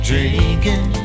Drinking